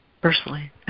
personally